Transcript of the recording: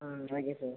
okay sir